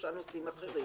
שניים-שלושה נושאים אחרים